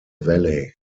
valley